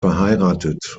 verheiratet